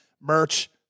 merch